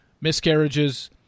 miscarriages